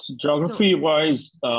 Geography-wise